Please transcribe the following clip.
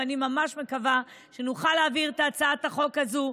ואני ממש מקווה שנוכל להעביר את הצעת החוק הזאת,